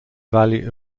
valley